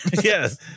Yes